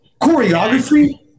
Choreography